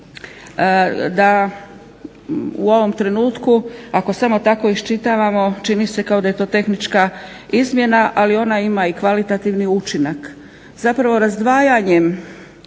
da u ovom trenutku ako samo tako iščitavamo čini se kao da je to tehnička izmjena, ali ona ima i kvalitativni učinak. Zapravo razdvajanjem